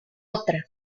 otra